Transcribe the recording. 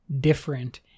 different